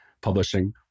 publishing